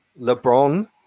LeBron